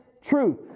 truth